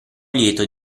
lieto